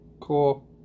Cool